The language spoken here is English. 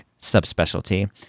subspecialty